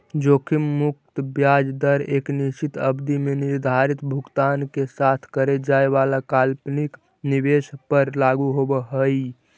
जोखिम मुक्त ब्याज दर एक निश्चित अवधि में निर्धारित भुगतान के साथ करे जाए वाला काल्पनिक निवेश पर लागू होवऽ हई